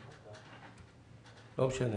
התשפ"א-2020 בדבר מכרז דור 5. מי מסביר?